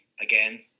again